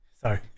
Sorry